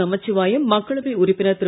நமச்சிவாயம் மக்களவை உறுப்பினர் திரு